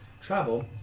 travel